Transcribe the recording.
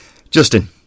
Justin